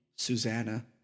Susanna